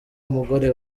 umugore